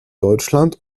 deutschland